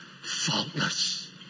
faultless